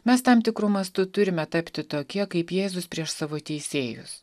mes tam tikru mastu turime tapti tokie kaip jėzus prieš savo teisėjus